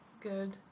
good